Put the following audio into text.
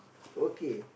okay